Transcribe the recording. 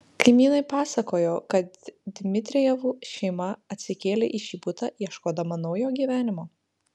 kaimynai pasakojo kad dmitrijevų šeima atsikėlė į šį butą ieškodama naujo gyvenimo